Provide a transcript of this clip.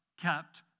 kept